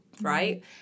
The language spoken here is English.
right